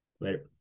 Later